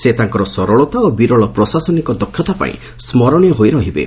ସେ ତାଙ୍କର ସରଳତା ଓ ବିରଳ ପ୍ରଶାସନିକ ଦକ୍ଷତା ପାଇଁ ସ୍କରଣୀୟ ହୋଇ ରହିବେ